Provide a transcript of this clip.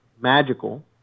magical